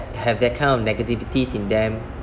have that kind of negativity in them